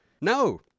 No